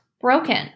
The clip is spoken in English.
broken